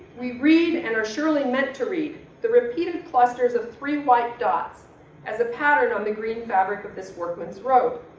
we read, and are surely meant to read, the repeated clusters of three white dots as a pattern on the green fabric of this workman's robe.